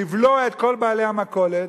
לבלוע את כל בעלי המכולות,